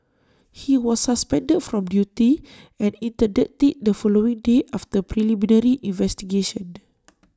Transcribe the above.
he was suspended from duty and interdicted the following day after preliminary investigations